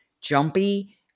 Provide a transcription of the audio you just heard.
jumpy